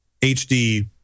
HD